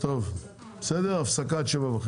טוב רבותיי, הניסוח הזה זה לא הניסוח.